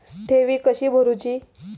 ठेवी कशी भरूची?